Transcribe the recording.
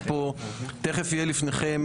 תכף יהיה לפניכם,